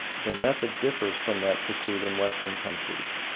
their method differs from that pursued in western countries.